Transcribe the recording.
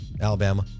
Alabama